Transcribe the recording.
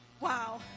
Wow